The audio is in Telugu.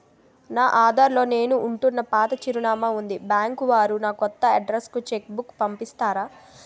నా ఆధార్ లో నేను ఉంటున్న పాత చిరునామా వుంది బ్యాంకు వారు నా కొత్త అడ్రెస్ కు చెక్ బుక్ పంపిస్తారా?